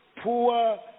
poor